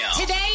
Today